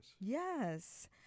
yes